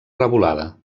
revolada